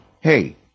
hey